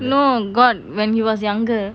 no got when he was younger